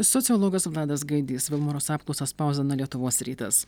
sociologas vladas gaidys vilmorus apklausą spausdina lietuvos rytas